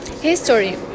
History